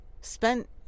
Spent